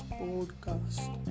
podcast